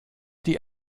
die